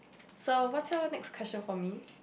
so what's your next question for me